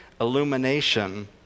illumination